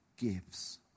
gives